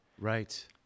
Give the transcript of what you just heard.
right